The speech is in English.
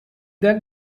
then